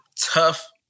tough